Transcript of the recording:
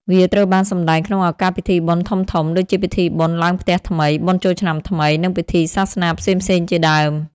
វាត្រូវបានសម្តែងក្នុងឱកាសពិធីបុណ្យធំៗ ដូចជាពិធីបុណ្យឡើងផ្ទះថ្មី បុណ្យចូលឆ្នាំថ្មី និងពិធីសាសនាផ្សេងៗជាដើម។